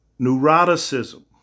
neuroticism